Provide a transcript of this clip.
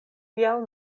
tial